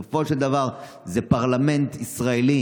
כי בסופו של דבר זה פרלמנט ישראלי-יהודי,